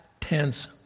tense